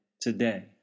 today